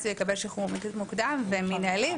אז הוא יקבל שחרור מוקדם ומינהלי.